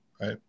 right